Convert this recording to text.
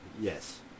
Yes